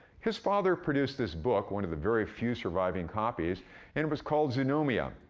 his father produced this book one of the very few surviving copies and it was called zoonomia,